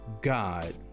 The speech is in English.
god